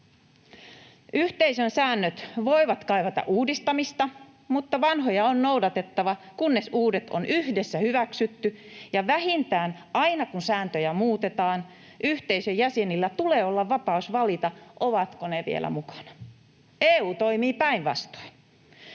Yhteisön säännöt voivat kaivata uudistamista, mutta vanhoja on noudatettava, kunnes uudet on yhdessä hyväksytty. Ja vähintään: aina kun sääntöjä muutetaan, yhteisön jäsenillä tulee olla vapaus valita, ovatko ne vielä mukana. EU toimii päinvastoin.